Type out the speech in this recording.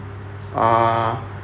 err